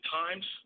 times